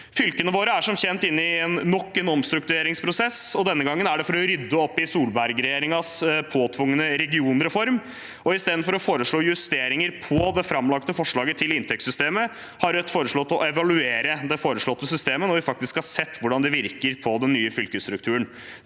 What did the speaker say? Fylkene våre er som kjent inne i nok en omstruktureringsprosess, og denne gangen er det for å rydde opp i Solberg-regjeringens påtvungne regionreform. Istedenfor å foreslå justeringer av det framlagte forslaget til inntektssystemet har Rødt foreslått å evaluere det foreslåtte systemet når vi faktisk har sett hvordan det virker på den nye fylkesstrukturen.